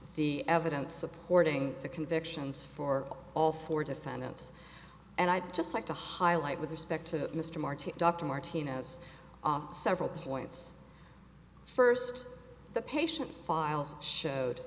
the evidence supporting the convictions for all four defendants and i'd just like to highlight with respect to mr martin dr martinez on several points first the patient files showed